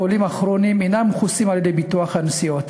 החולים הכרוניים אינם מכוסים על-ידי ביטוחי הנסיעות.